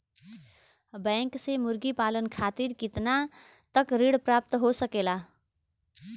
Bank से मुर्गी पालन खातिर कितना तक ऋण प्राप्त हो सकेला?